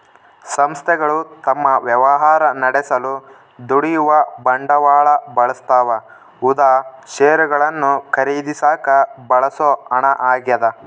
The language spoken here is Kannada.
ಸಂಸ್ಥೆಗಳು ತಮ್ಮ ವ್ಯವಹಾರ ನಡೆಸಲು ದುಡಿಯುವ ಬಂಡವಾಳ ಬಳಸ್ತವ ಉದಾ ಷೇರುಗಳನ್ನು ಖರೀದಿಸಾಕ ಬಳಸೋ ಹಣ ಆಗ್ಯದ